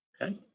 Okay